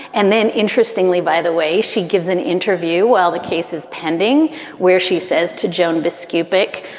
and then interestingly, by the way, she gives an interview while the cases pending where she says to joan biskupic,